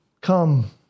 come